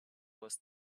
was